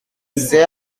c’est